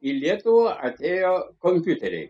į lietuvą atėjo kompiuteriai